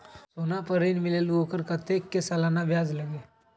सोना पर ऋण मिलेलु ओपर कतेक के सालाना ब्याज लगे?